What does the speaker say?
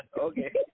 Okay